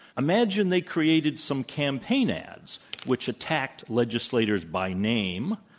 imagine they created some campaign ads which attacked legislators by name,